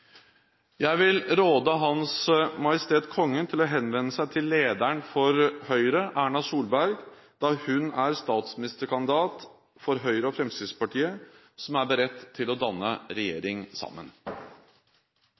Jeg vil råde Hans Majestet Kongen til å henvende seg til lederen for Høyre, Erna Solberg, da hun er statsministerkandidat for Høyre og Fremskrittspartiet, som er beredt til å danne